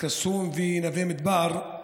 אל-קסום ונווה מדבר,